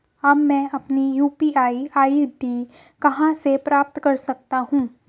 अब मैं अपनी यू.पी.आई आई.डी कहां से प्राप्त कर सकता हूं?